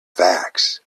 facts